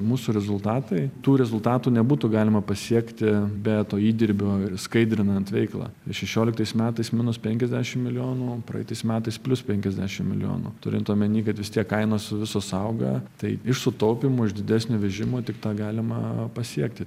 mūsų rezultatai tų rezultatų nebūtų galima pasiekti bet to įdirbio ir skaidrinant veiklą šešioliktais metais minus penkiasdešim milijonų praeitais metais plius penkiasdedšim milijonų turint omeny kad vis tiek kainos visos auga tai iš sutaupymų iš didesnio vežimo tik tą galima pasiekti